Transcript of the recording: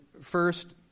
first